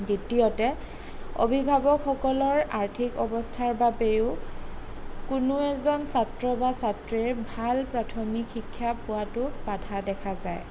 দ্বিতীয়তে অভিভাৱকসকলৰ আৰ্থিক অৱস্থাৰ বাবেও কোনো এজন ছাত্ৰ বা ছাত্ৰীৰ ভাল প্ৰাথমিক শিক্ষা পোৱাতো বাধা দেখা যায়